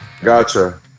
Gotcha